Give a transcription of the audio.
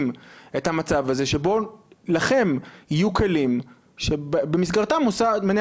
את המצב הזה שבו לכם יהיו כלים שבמסגרתם מנהל